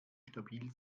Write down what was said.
stabil